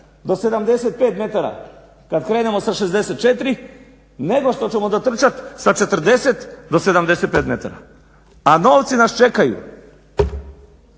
do 75 metara kad krenemo sa 64 nego što ćemo dotrčat sa 40 do 75 metara. A novci nas čekaju.